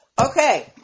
okay